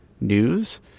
news